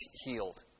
healed